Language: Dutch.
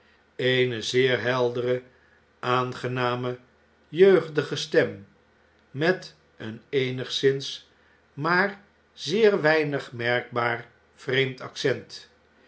eene zeer heldere aangename jeugdige stem met een eenigszins maar zeer weinig merkbaar vreemd accent